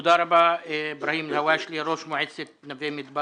תודה ראש מועצת נווה מדבר.